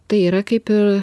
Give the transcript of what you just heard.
tai yra kaip ir